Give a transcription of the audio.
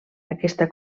aquesta